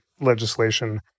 legislation